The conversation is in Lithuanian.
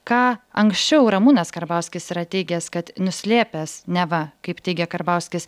ką anksčiau ramūnas karbauskis yra teigęs kad nuslėpęs neva kaip teigia karbauskis